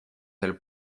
del